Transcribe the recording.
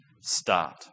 start